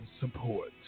support